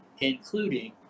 including